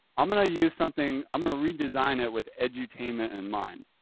i'm going to use something, i'm going to redesign it with edutainment in mind.